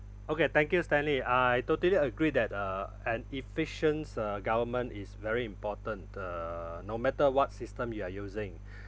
okay thank you stanley I totally agree that uh an efficient uh government is very important uh no matter what system you are using